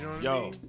Yo